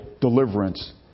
deliverance